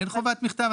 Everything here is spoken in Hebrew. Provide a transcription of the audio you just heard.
אין חובת מכתב.